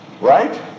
Right